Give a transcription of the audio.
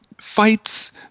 fights